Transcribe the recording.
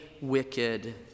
wicked